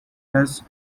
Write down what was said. his